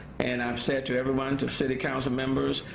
and um said to everyone to, city council members,